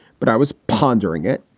but i was pondering it.